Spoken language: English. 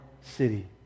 city